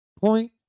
Point